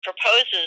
proposes